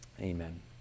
Amen